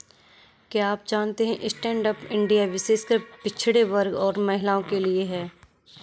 क्या आप जानते है स्टैंडअप इंडिया विशेषकर पिछड़े वर्ग और महिलाओं के लिए है?